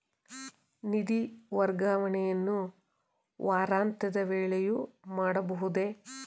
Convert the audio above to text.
ನಿಧಿ ವರ್ಗಾವಣೆಯನ್ನು ವಾರಾಂತ್ಯದ ವೇಳೆಯೂ ಮಾಡಬಹುದೇ?